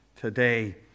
today